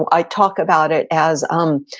i talk about it as, um